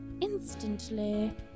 instantly